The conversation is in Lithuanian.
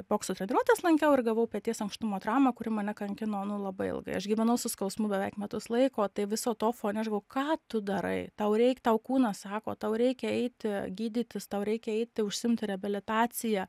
bokso treniruotes lankiau ir gavau peties ankštumo traumą kuri mane kankino nu labai ilgai aš gyvenau su skausmu beveik metus laiko tai viso to fone aš galvojau ką tu darai tau reik tau kūnas sako tau reikia eiti gydytis tau reikia eiti užsiimti reabilitacija